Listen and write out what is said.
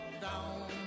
down